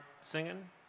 singing